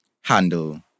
handle